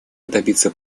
добиться